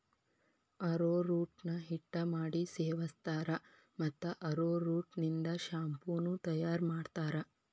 arrowroot ನ ಹಿಟ್ಟ ಮಾಡಿ ಸೇವಸ್ತಾರ, ಮತ್ತ ಅರೋರೂಟ್ ನಿಂದ ಶಾಂಪೂ ನು ತಯಾರ್ ಮಾಡ್ತಾರ